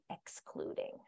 excluding